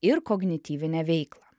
ir kognityvinę veiklą